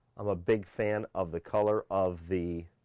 a big fan of the color of the